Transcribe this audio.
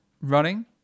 running